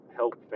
help